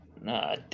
No